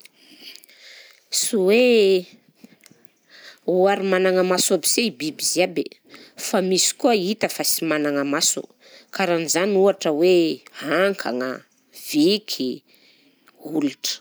Sy hoe ho ary managna maso aby si biby ziaby, fa misy koa hita fa sy managna maso karaha an'izany ohatra hoe hakagna, viky, olitra.